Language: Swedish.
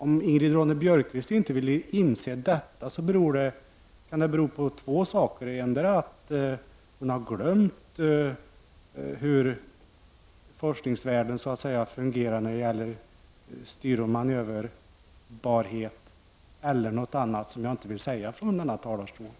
Om Ingrid Ronne Björkqvist inte vill inse detta kan det bero på två saker, antingen att hon har glömt hur forskningsvärlden fungerar när det gäller styroch manöverbarhet eller någonting annat som jag inte vill tala om i denna talarstol.